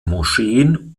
moscheen